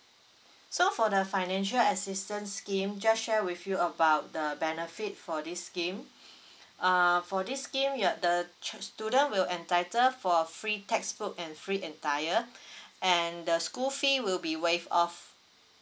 so for the financial assistance scheme just share with you about the benefit for this scheme uh for this scheme your the ch~ student will entitle for free textbook and free attire and the school fee will be waived off